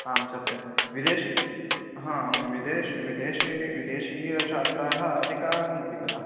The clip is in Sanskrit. आं सत्यं विदेशि हा विदेश् विदेशे विदेशीयछात्राः अधिकाः सन्ति खलु